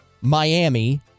Miami